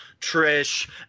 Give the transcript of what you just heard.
Trish